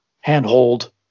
handhold